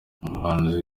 umuhanuzi